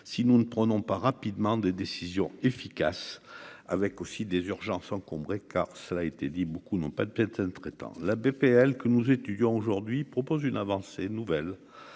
si nous ne prenons pas rapidement des décisions efficaces avec aussi des urgences encombrées car cela a été dit, beaucoup n'ont pas de médecin traitant la BPL que nous étudions, aujourd'propose une avancée nouvelle